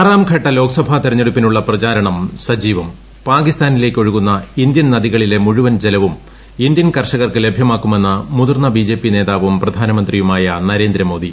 ആറാം ഘട്ട ലോക്സഭാ തെരഞ്ഞെടുപ്പിനുള്ള പ്രചാരണം സജീവം പാകിസ്ഥാനിലേക്ക് ഒഴുകുന്ന ഇന്ത്യൻ നദികളിലെ മുഴുവൻ ജലവും ഇന്ത്യൻ കർഷകർക്ക് ലഭൃമാക്കുമെന്ന് മുതിർന്ന ബിജെപി നേതാവും പ്രധാനമന്ത്രിയുമായ നരേന്ദ്ര മോദി